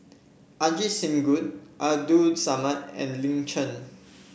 Ajit Singh Gill Abdul Samad and Lin Chen